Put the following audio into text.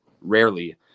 rarely